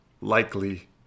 likely